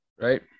right